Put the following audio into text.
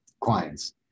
clients